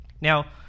now